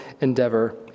endeavor